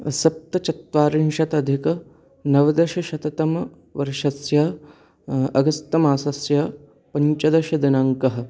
सप्तचत्वारिंशतधिकनवदशशततमवर्षस्य अगस्तमासस्य पञ्चदशदिनाङ्कः